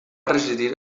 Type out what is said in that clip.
residir